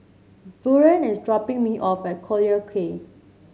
Buren is dropping me off at Collyer Quay